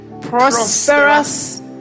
prosperous